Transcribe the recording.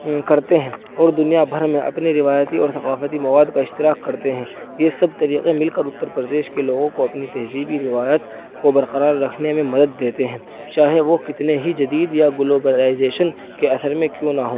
کرتے ہیں اور دنیا بھر میں اپنے روایتی اور ثقافتی مواد کا اشتراک کرتے ہیں یہ سب طریقے مل کر اتر پردیش کے لوگوں کو اپنی تہذیبی روایت کو برقرار رکھنے میں مدد دیتے ہیں چاہے وہ کتنے ہی جدید یا گلوبلائزیشن کے اثر میں کیوں نہ ہو